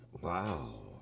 Wow